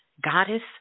goddess